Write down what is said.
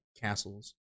castles